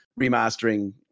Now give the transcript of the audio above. remastering